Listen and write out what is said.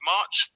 March